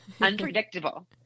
unpredictable